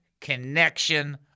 connection